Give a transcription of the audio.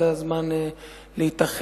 זה הזמן להתאחד,